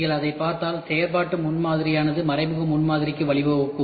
நீங்கள் அதைப் பார்த்தால் செயல்பாட்டு முன்மாதிரியானது மறைமுக முன்மாதிரிக்கு வழிவகுக்கும்